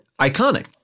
iconic